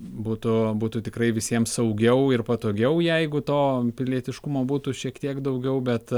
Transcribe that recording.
būtų būtų tikrai visiems saugiau ir patogiau jeigu to pilietiškumo būtų šiek tiek daugiau bet